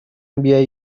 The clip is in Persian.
بیایی